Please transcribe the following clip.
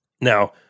Now